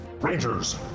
rangers